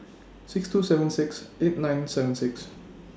six two seven six eight nine seven six